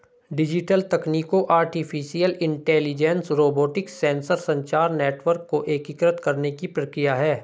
digital तकनीकों artificial intelligence, robotics, sensor, संचार network को एकीकृत करने की प्रक्रिया है